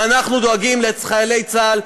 ואנחנו דואגים לחיילי צה"ל.